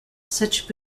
such